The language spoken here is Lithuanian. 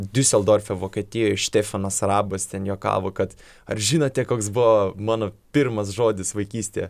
diuseldorfe vokietijoj štefanas arabas ten juokavo kad ar žinote koks buvo mano pirmas žodis vaikystėje